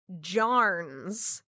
jarns